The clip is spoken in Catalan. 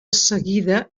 seguida